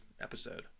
episode